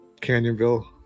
Canyonville